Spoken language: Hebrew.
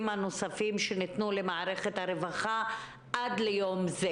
הנוספים שניתנו למערכת הרווחה עד ליום זה